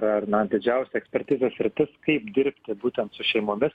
ir na didžiausia ekspertizių sritis kaip dirbti būtent su šeimomis